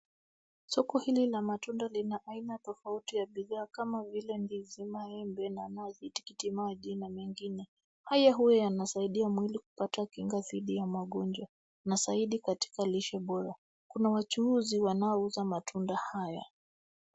Soko hili la matunda lina aina tofauti ya bidhaa kama vile ndizi, maembe na matikiti maji na mengine. Haya huwa yanasaidia mwili kupata kinga dhidi ya magonjwa na zaidi katika lishe bora. Kuna wachuuzi wanaouza matunda haya.